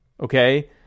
Okay